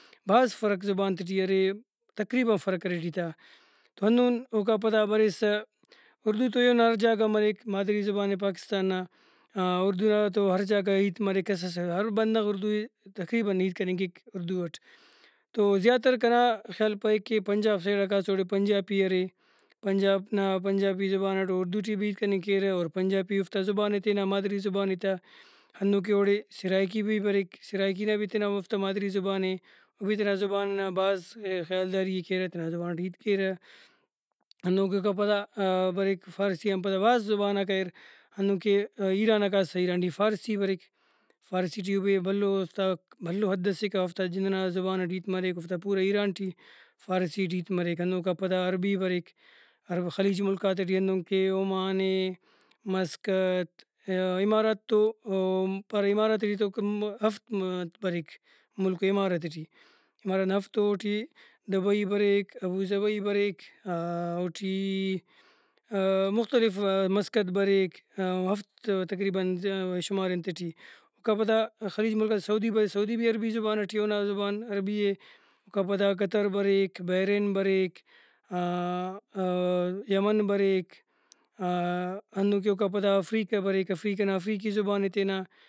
بھاز فرق زبان تے ٹی ارے تقریباً فرق ارے ٹی تا ۔تو ہندن اوکا پدا بریسہ اُردو تو ایہن ہر جاگہ غا مریک مادری زبانے پاکستان نا اردو نا تو ہر جاگہ غا ہیت مریک کسس ہر بندغ اردو ئے تقریباً ہیت کننگ کیک اُردو اٹ تو زیاتر کنا خیال پائک کہ پنجاب سیڈا کاسہ اوڑے پنجابی ارےپنجاب نا پنجابی زبان اٹ او اردو ٹی بھی ہیت کننگ کیرہ اور پنجابی اوفتا زبانے تینا مادری زبانے تا ہندن کہ اوڑے سرائیکی بھی بریک سرائیکی نا بھی تینا ہموفتا مادری زبانے او بھی تینا زبان نا بھاز خیالداری ئے کیرہ تینا زبان ٹی ہیت کیرہ ہندن کہ اوکا پدا بریک فارسی آن پدا بھاز زباناک اریر ہندن کہ ایرانا کاسہ ایران ٹی فارسی بریک فارسی ٹی بھی بھلو اوفتا بھلو حد سے کا اوفتا جند نا زبانٹ ہیت مریک اوفتا پوران ایران ٹی فارسی ٹی ہیت مریک ہندن اوکا پدا عربی بریک عرب خلیج ملکاتے ٹی ہندن کہ اومان اے مسقط یا امارات تو پارہ امارات ٹی تو ہفت انت بریک ملک امارات ٹی امارات نا ہفت او اوٹی Dubai break Abu Dhabi break اوٹی مختلف مسقط بریک ہفت تقریباً شمال انت ٹی اوکا پدا خلیج ملکاتے ٹی سعودی بریک سعودی بھی عربی زبان ٹی اونا زبان عربی اے اوکاپدا قطر بریک بحرین بریک یمن بریک ہندن کہ اوکا پدا افریقہ بریک افریقہ نا افریقی زبانے تینا